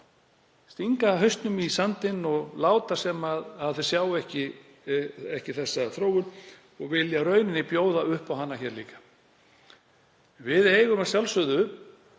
stingi hausnum í sandinn og láti sem þau sjái ekki þessa þróun og vilji í rauninni bjóða upp á hana hér líka. Við eigum að sjálfsögðu